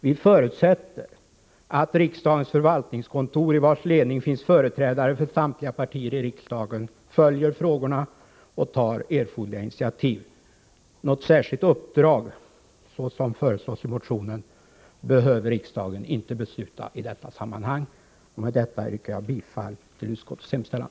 Vi förutsätter att riksdagens förvaltningskontor, i vars ledning finns företrädare för samtliga partier i riksdagen, följer frågorna och tar erforderliga initiativ. Något särskilt uppdrag, såsom föreslås i motionen, behöver riksdagen inte besluta om i detta sammanhang. Med det sagda yrkar jag bifall till utskottets hemställan.